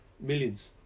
Millions